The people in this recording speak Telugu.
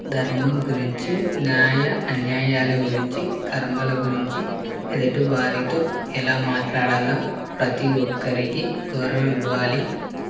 ధర్మం గురించి న్యాయ అన్యాయాల గురించి కర్మల గురించి ఎదుటివారితో ఎలా మాట్లాడాలో ప్రతి ఒక్కరికి గౌరవం ఇవ్వాలి